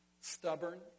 Stubborn